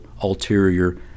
ulterior